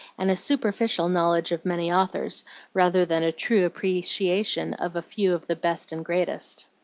and a superficial knowledge of many authors rather than a true appreciation of a few of the best and greatest.